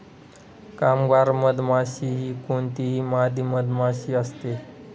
कामगार मधमाशी ही कोणतीही मादी मधमाशी असते